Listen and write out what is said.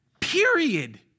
period